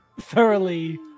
thoroughly